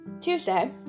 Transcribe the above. Tuesday